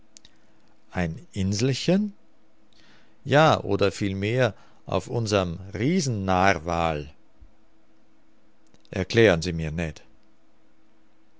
ein inselchen ja oder vielmehr auf unserm riesennarwal erklären sie mir